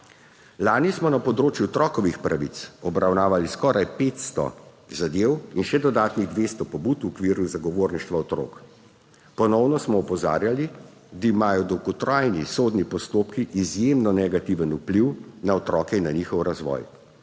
Lani smo na področju otrokovih pravic obravnavali skoraj 500 zadev in še dodatnih 200 pobud v okviru zagovorništva otrok. Ponovno smo opozarjali, da imajo dolgotrajni sodni postopki izjemno negativen vpliv na otroke in na njihov razvoj.